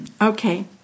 Okay